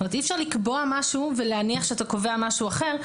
אי אפשר לקבוע משהו ולהניח שאתה קובע משהו אחר.